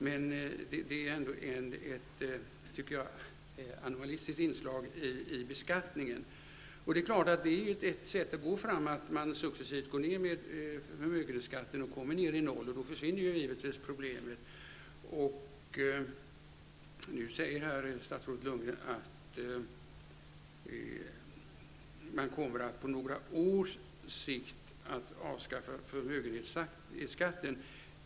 Men jag tycker ändå att detta är ett animalistiskt inslag i beskattningen. Att man successivt minskar förmögenhetsskatten och så småningom kommer ned till noll är naturligtvis ett sätt att gå fram. Då försvinner givetvis problemet. Nu säger statsrådet Lundgren att man på några års sikt kommer att avskaffa förmögenhetsskatten.